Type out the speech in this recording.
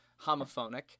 homophonic